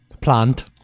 Plant